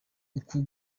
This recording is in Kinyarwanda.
uku